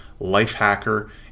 Lifehacker